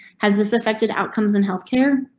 has this affected outcomes in health care?